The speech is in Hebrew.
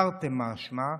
תרתי משמע,